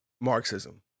Marxism